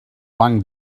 banc